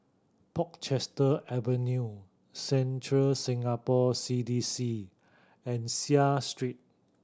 Portchester Avenue Central Singapore C D C and Seah Street